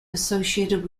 associated